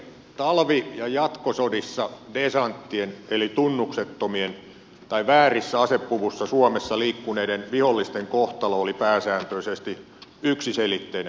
talvi ja jatkosodissa desanttien eli tunnuksettomien tai väärissä asepuvussa suomessa liikkuneiden vihollisten kohtalo oli pääsääntöisesti yksiselitteinen